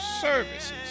services